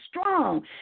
strong